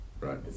Right